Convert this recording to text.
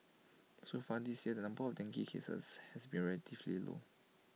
so far this year the number of dengue cases has been relatively low